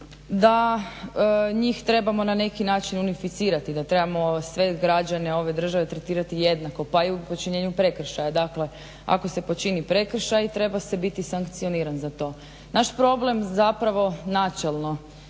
Da njih trebamo na neki način unificirati, da trebamo sve građane ove države tretirati jednako pa i u počinjenju prekršaja. Dakle, ako se počini prekršaj treba se biti sankcioniran za to. Naš problem zapravo načelno